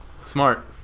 Smart